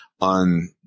on